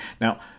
now